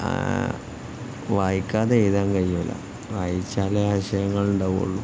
വായിക്കാതെ എഴുതാൻ കഴിയുകയില്ല വായിച്ചാലേ ആശയങ്ങളുണ്ടാവുകയുള്ളൂ